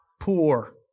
poor